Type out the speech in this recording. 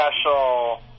special